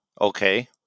Okay